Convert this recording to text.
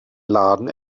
laden